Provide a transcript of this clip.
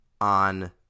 on